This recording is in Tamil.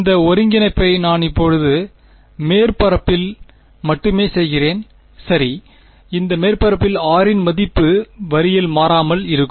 இந்த ஒருங்கிணைப்பை நான் இப்போது மேற்பரப்பில் மட்டுமே செய்கிறேன் சரி இந்த மேற்பரப்பில் r இன் மதிப்பு வரியில் மாறாமல் இருக்கும்